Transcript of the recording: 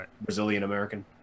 Brazilian-American